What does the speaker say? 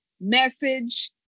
message